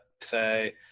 say